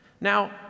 Now